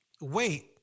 Wait